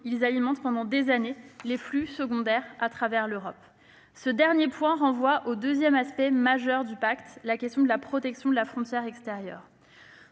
ils alimentent pendant des années des flux secondaires à travers l'Europe. Ce dernier point renvoie au deuxième aspect majeur du pacte, à savoir la protection de la frontière extérieure.